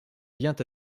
vient